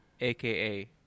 aka